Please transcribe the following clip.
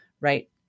right